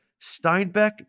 Steinbeck